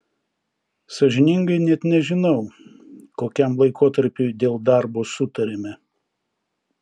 sąžiningai net nežinau kokiam laikotarpiui dėl darbo sutarėme